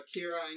Kira